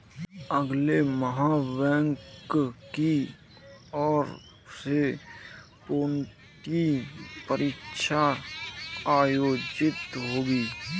अगले माह बैंक की ओर से प्रोन्नति परीक्षा आयोजित होगी